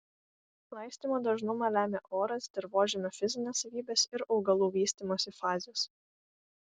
laistymo dažnumą lemia oras dirvožemio fizinės savybės ir augalų vystymosi fazės